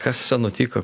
kas čia nutiko